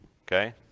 okay